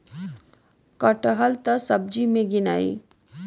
कटहल त सब्जी मे गिनाई